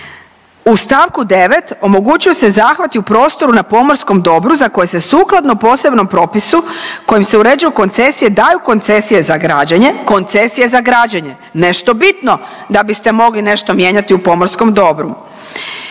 u stavku 9. omogućuju se zahvati u prostoru na pomorskom dobru za koje se sukladno posebnom propisu kojim se uređuju koncesije daju koncesije za građenje, koncesije za građenje nešto bitno da biste mogli nešto mijenjati u pomorskom dobru